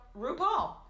RuPaul